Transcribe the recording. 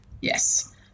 Yes